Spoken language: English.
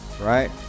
right